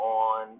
on